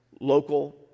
local